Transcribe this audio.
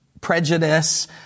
prejudice